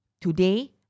today